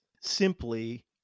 simply